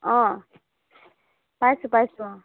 অঁ পাইছোঁ পাইছোঁ অঁ